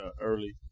early